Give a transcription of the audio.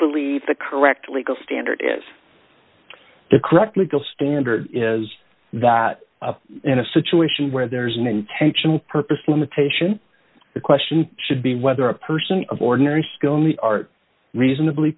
believe the correct legal standard is the correct legal standard is that in a situation where there is an intentional purpose limitation the question should be whether a person of ordinary skill in the art reasonably